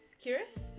Curious